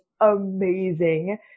amazing